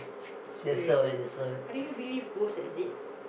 spirit ah how do you believe ghost exist